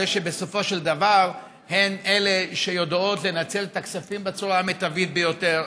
בסופו של דבר הן שיודעות לנצל את הכספים בצורה המיטבית ביותר,